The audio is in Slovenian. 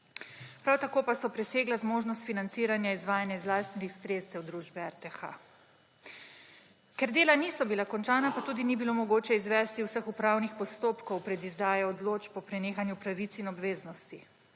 prav tako pa so presegla zmožnost financiranja izvajanja iz lastnih sredstev družbe RTH. Ker dela niso bila končana, pa tudi ni bilo mogoče izvesti vseh upravnih postopkov pred izdajo odločb po prenehanju pravic in obveznosti.